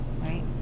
right